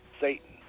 Satan